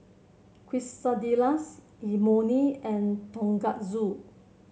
Quesadillas Imoni and Tonkatsu